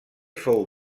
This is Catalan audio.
fou